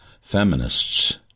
feminists